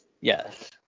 Yes